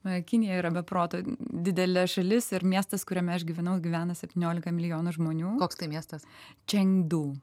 kinija yra beprotiškai didelė šalis ir miestas kuriame aš gyvenau gyvena septyniolika milijonų žmonių koks tai miestas čian du